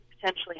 potentially